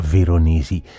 Veronesi